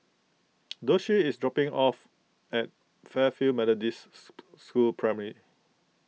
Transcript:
Doshie is dropping off at Fairfield Methodist School Primary